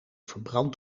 verbrand